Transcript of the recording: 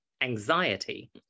anxiety